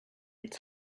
it’s